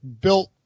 built